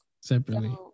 separately